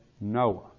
Noah